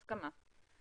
הסכמה.